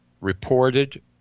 reported